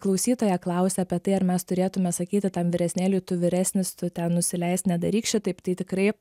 klausytoja klausia apie tai ar mes turėtume sakyti tam vyresnėliui tu vyresnis tu ten nusileisk nedaryk šitaip tai tikrai